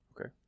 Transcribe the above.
Okay